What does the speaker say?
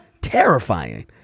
terrifying